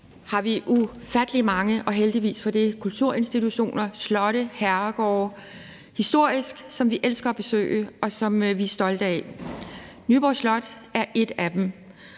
har vi ufattelig mange, og heldigvis for det, historiske kulturinstitutioner, slotte, herregårde, som vi elsker at besøge, og som vi er stolte af. Nyborg Slot af en af dem,